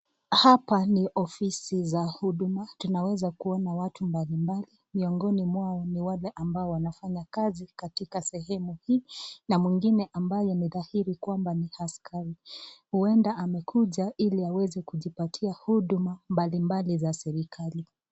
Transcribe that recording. Hapa ni ofisi za huduma, tunaweza kuona watu mbalimbali miongoni mwao ni wale ambao wanafanya kazi katika sehemu hii, na mwingine ambaye ni dhahiri kwamba ni askari, huenda amekuja ili aweze kujipatia huduma mbalimbali za serikali.